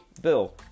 Bill